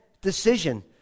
decision